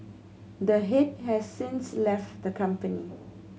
the head has since left the company